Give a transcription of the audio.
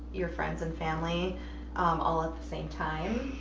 your friends and family um all at the same time?